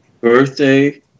Birthday